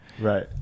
Right